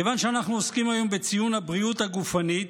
כיוון שאנחנו עוסקים היום בציון הבריאות הגופנית,